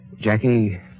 Jackie